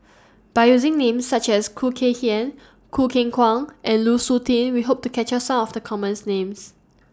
By using Names such as Khoo Kay Hian Choo Keng Kwang and Lu Suitin We Hope to capture Some of The commons Names